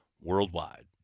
worldwide